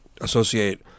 associate –